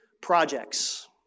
projects